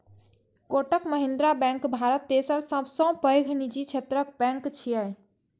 Kotak Mahindra bank Bharat तेसर सबसं पैघ निजी क्षेत्रक बैंक छियै